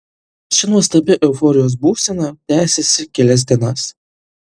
ši nuostabi euforijos būsena tęsėsi kelias dienas